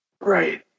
right